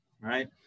right